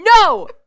No